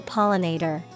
Pollinator